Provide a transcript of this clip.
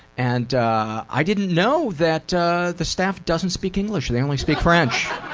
and i didn't know that the staff doesn't speak english, they only speak french.